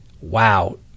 Wow